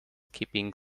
keeping